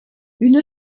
une